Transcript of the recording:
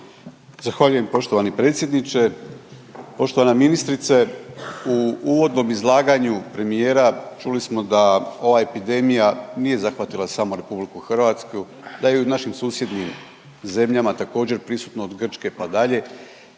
Zahvaljujem poštovani predsjedniče. Poštovana ministrice u uvodnom izlaganju premijera čuli smo da ova epidemija nije zahvatila samo RH, da je i u našim susjednim zemljama također prisutno od Grčke pa dalje.